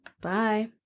Bye